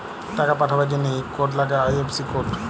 টাকা পাঠাবার জনহে ইক কোড লাগ্যে আই.এফ.সি কোড